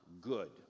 good